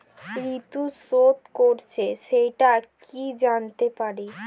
ঋণ শোধ করেছে সেটা কি জানতে পারি?